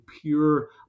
pure